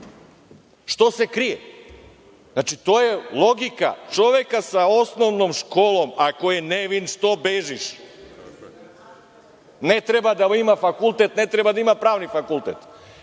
Što se krije? Znači, to je logika čoveka sa osnovnom školom – ako si nevin, što bežiš? Ne treba da ima fakultet, ne treba da ima pravni fakultet. Drugo